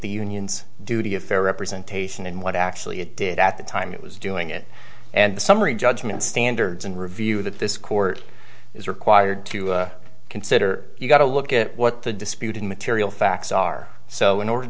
the union's duty of fair representation and what actually it did at the time it was doing it and the summary judgment standards and review that this court is required to consider you've got to look at what the disputed material facts are so in order to